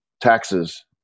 taxes